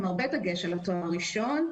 עם הרבה דגש על התואר הראשון,